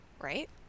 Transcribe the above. Right